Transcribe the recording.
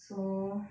so